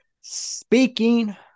Speaking